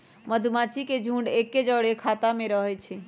मधूमाछि के झुंड एके जौरे ख़ोता में रहै छइ